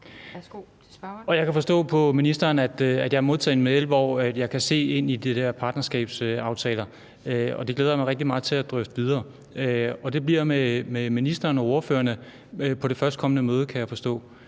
Jeg kan forstå på ministeren, at jeg har modtaget en mail, hvor jeg kan se ind i de der partnerskabsaftaler. Det glæder jeg mig rigtig meget til at drøfte videre, og det bliver med ministeren og ordførerne på det førstkommende møde, kan jeg forstå.